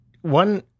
one